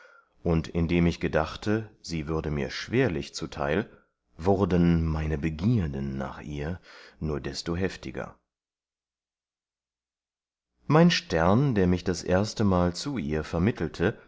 und indem ich gedachte sie würde mir schwerlich zuteil wurden meine begierden nach ihr nur desto heftiger mein stern der mich das erstemal zu ihr vermittelte